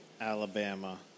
Alabama